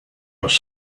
was